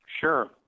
Sure